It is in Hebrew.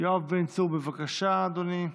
יואב בן צור, בבקשה, אדוני.